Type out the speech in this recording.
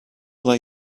lay